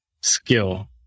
skill